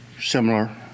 similar